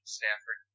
Stafford